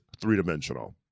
three-dimensional